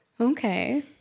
Okay